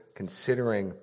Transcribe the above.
considering